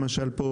למשל פה,